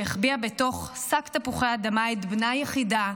שהחביאה בתוך שק תפוחי אדמה את בנה יחידה,